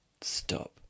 Stop